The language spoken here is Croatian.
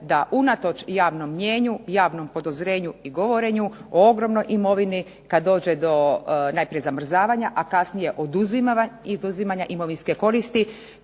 da unatoč javnom mnijenju, javnom podozrenju i govorenju o ogromnoj imovini kad dođe do najprije zamrzavanja, a kasnije oduzimanja imovinske koristi